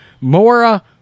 Mora